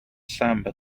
samba